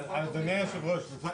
אבל אדוני יושב הראש.